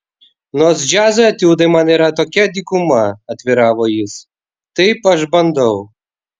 nors džiazo etiudai man yra tokia dykuma atviravo jis taip aš bandau